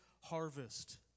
harvest